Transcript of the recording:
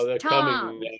Tom